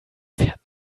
fährt